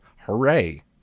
hooray